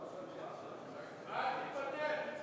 אל תתפטר.